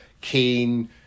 keen